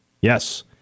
Yes